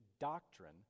doctrine